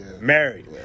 Married